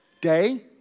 day